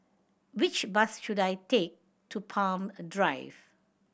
which bus should I take to Palm a Drive